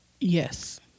Yes